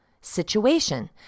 Situation